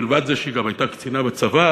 מלבד זה שהיא גם הייתה קצינה בצבא,